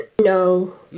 No